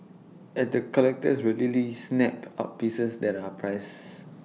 and the collectors readily snap up pieces that are prices